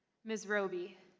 ms. roby?